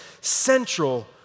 central